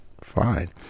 fine